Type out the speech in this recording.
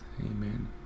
Amen